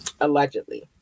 Allegedly